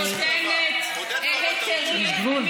עוד אין ועדת, יש גבול.